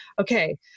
okay